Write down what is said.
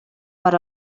per